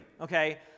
okay